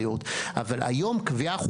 אבל אני לא עושה את זה.